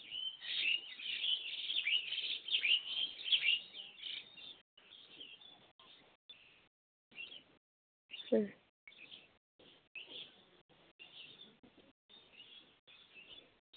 ᱦᱩᱸ